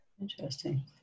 interesting